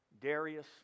Darius